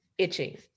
itching